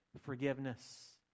Forgiveness